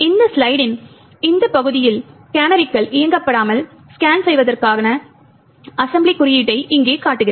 இந்த ஸ்லைடின் இந்த பகுதியில் கேனரிகள் இயக்கப்படாமல் ஸ்கேன் செய்வதற்கான அசெம்பிளி குறியீட்டை இங்கே காட்டுகிறது